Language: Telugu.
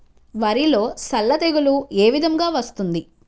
వరిలో సల్ల తెగులు ఏ విధంగా వస్తుంది?